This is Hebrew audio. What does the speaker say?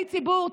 הי ציבור,